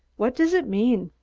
what does it mean?